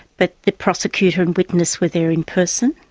but the prosecutor and witness where there in person.